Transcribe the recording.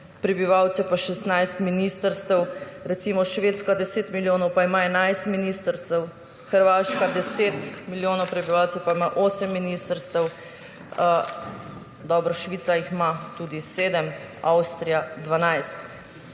prebivalcev pa 16 ministrstev, recimo Švedska 10 milijonov pa ima 11 ministrstev, Hrvaška 10 milijonov prebivalcev pa ima osem ministrstev. Dobro, Švica jih ima tudi sedem, Avstrija 12.